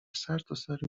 سرتاسر